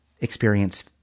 experience